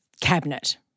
cabinet